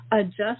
adjust